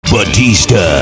Batista